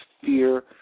fear